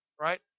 right